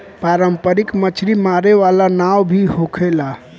पारंपरिक मछरी मारे वाला नाव भी होखेला